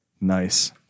Nice